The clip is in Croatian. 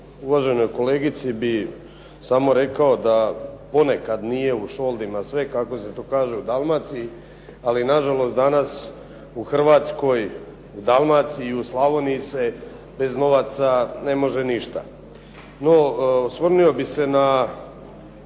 Uvaženoj kolegici bih samo rekao da ponekad nije u šoldima sve, kako se to kaže u Dalmaciji, ali nažalost danas u Hrvatskoj, u Dalmaciji i u Slavoniji se bez novaca ne može ništa. No, osvrnuo bih se na